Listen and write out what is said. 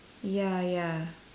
ya ya